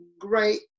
great